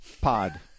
pod